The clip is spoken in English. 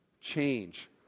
change